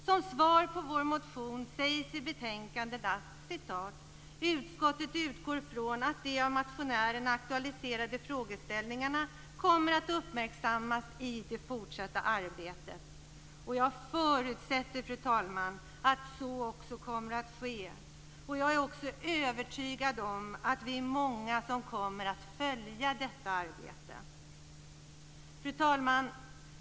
Som svar på vår motion sägs i betänkandet: "Utskottet utgår från att de av motionärerna aktualiserade frågeställningarna kommer att uppmärksammas i det fortsatta arbetet". Jag förutsätter, fru talman, att så också kommer att ske. Jag är också övertygad om att vi är många som kommer att följa detta arbete. Fru talman!